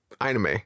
Anime